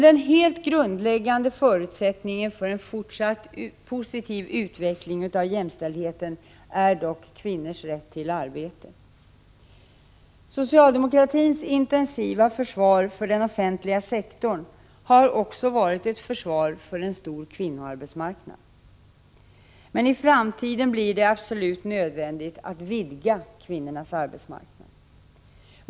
Den helt grundläggande förutsättningen för en fortsatt positiv utveckling av jämställdheten är dock kvinnornas rätt till arbete. Socialdemokratins intensiva försvar för den offentliga sektorn har också varit ett försvar för en stor kvinnoarbetsmarknad. Men i framtiden blir det absolut nödvändigt att vidga kvinnornas arbetsmarknad.